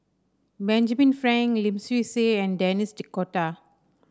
Benjamin Frank Lim Swee Say and Denis D'Cotta